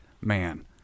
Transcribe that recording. man